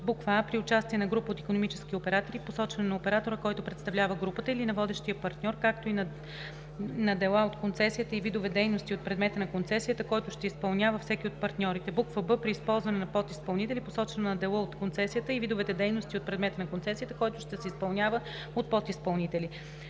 а) при участие на група от икономически оператори – посочване на оператора, който представлява групата, или на водещия партньор, както и на дела от концесията и видовете дейности от предмета на концесията, който ще изпълнява всеки от партньорите; б) при използване на подизпълнители – посочване на дела от концесията и видовете дейности от предмета на концесията, който ще се изпълнява от подизпълнители;